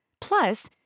plus